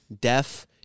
deaf